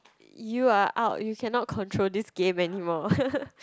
you are out you cannot control this game anymore